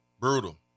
Brutal